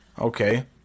Okay